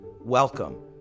Welcome